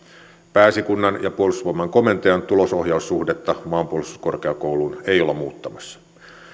pääesikunnan ja puolustusvoimain komentajan tulosohjaussuhdetta maanpuolustuskorkeakouluun ei olla muuttamassa